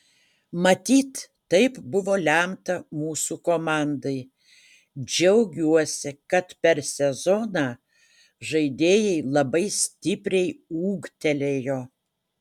matyt taip buvo lemta mūsų komandai džiaugiuosi kad per sezoną žaidėjai labai stipriai ūgtelėjo